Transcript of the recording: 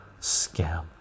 scam